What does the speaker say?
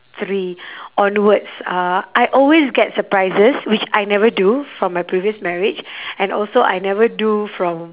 three onwards uh I always get surprises which I never do from my previous marriage and also I never do from